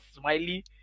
smiley